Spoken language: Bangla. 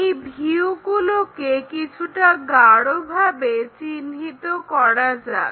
এই ভিউগুলোকে কিছুটা গাঢ়ভাবে চিহ্নিত করা যাক